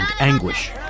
anguish